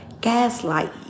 gaslight